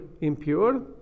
impure